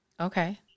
Okay